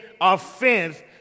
offense